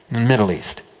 middle east.